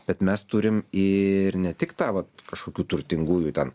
bet mes turim ir ne tik tą va kažkokių turtingųjų ten